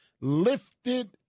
lifted